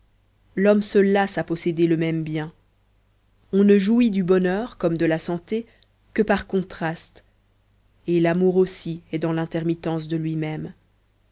l'homme se lasse à posséder le même bien on ne jouit du bonheur comme de la santé que par contraste et l'amour aussi est dans l'intermittence de lui-même